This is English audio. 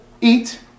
eat